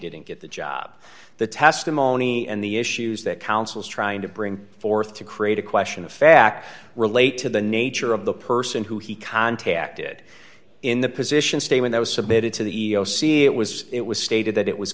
didn't get the job the testimony and the issues that counsels trying to bring forth to create a question of fact relate to the nature of the person who he contacted in the position state when that was submitted to the e e o c it was it was stated that it was